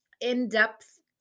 in-depth